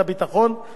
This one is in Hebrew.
הביטחון,